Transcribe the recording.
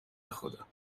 بخدا